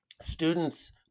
students